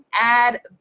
add